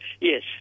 Yes